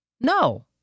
No